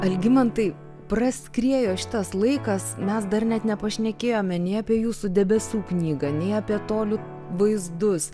algimantai praskriejo šitas laikas mes dar net nepašnekėjome nei apie jūsų debesų knygą nei apie tolių vaizdus